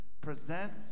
present